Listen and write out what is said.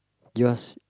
you ask